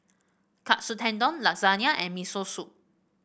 Katsu Tendon Lasagna and Miso Soup